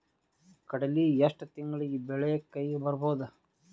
ಕಡಲಿ ಎಷ್ಟು ತಿಂಗಳಿಗೆ ಬೆಳೆ ಕೈಗೆ ಬರಬಹುದು?